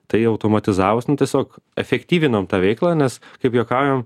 tai automatizavus nu tiesiog efektyvinom tą veiklą nes kaip juokaujam